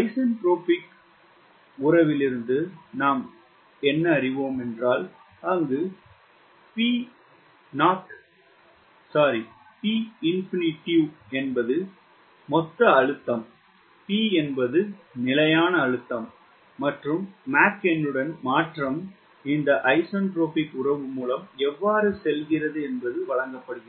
isentropic உறவிலிருந்து நாம் அறிவோம் அங்கு P0 என்பது மொத்த அழுத்தம் P என்பது நிலையான அழுத்தம் மற்றும் மாக் எண்ணுடன் மாற்றம் இந்த ஐசென்ட்ரோபிக் உறவு மூலம் எவ்வாறு செல்கிறது என்பது வழங்கப்படுகிறது